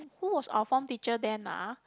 who was our form teacher then ah